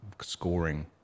scoring